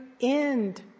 end